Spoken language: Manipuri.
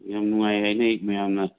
ꯌꯥꯝ ꯅꯨꯡꯉꯥꯏ ꯍꯥꯏꯅꯦ ꯃꯌꯥꯝꯅ